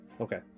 Okay